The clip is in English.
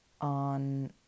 on